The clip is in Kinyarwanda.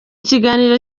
kiganiro